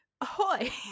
ahoy